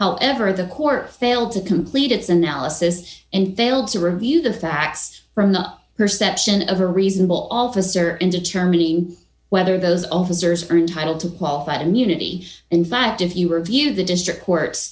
however the court failed to complete its analysis and failed to review the facts from the perception of a reasonable officer in determining whether those officers are entitled to qualified immunity in fact if you review the district court